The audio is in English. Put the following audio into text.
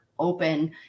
open